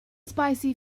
spicy